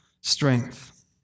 strength